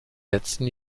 letzten